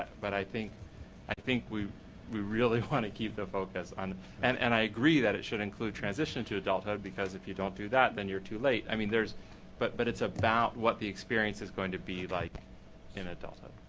but i think i think we we really want to keep the focus on and and i agree it should include transition to adulthood because if you don't do that, then you're too late. i mean but but it's about what the experience is going to be like in adulthood.